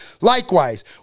likewise